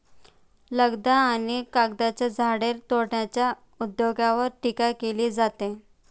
लगदा आणि कागदाच्या झाडे तोडण्याच्या उद्योगावर टीका केली जाते